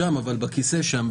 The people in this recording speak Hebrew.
אבל בכיסא שם,